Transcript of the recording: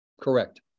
Correct